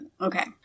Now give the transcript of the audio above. Okay